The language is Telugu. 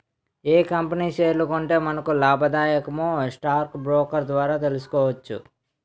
ఏ కంపెనీ షేర్లు కొంటే మనకు లాభాదాయకమో స్టాక్ బ్రోకర్ ద్వారా తెలుసుకోవచ్చు